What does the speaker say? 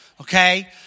okay